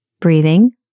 Breathing